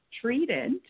treated